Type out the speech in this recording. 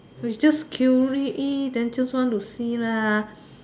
we just curious then just want to see lah